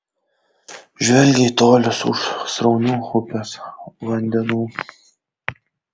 žvelgia į tolius už sraunių upės vandenų